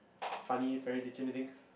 funny parent teacher meetings